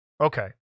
okay